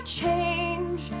change